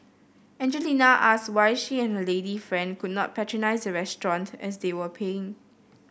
Angelina asked why she and her lady friend could not patronise the restaurant as they were paying